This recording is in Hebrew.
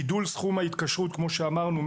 גידול סכום ההתקשרות כמו שאמרנו,